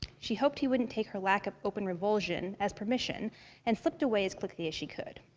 she hoped he wouldn't take her lack of open revulsion as permission and slipped away as quickly as she could.